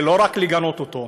ולא רק לגנות אותו,